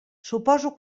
suposo